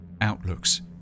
outlooks